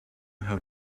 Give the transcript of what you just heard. how